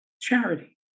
Charity